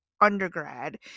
undergrad